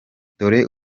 dore